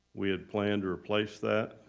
we had planned to replace that,